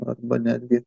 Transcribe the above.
arba netgi